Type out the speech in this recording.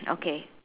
okay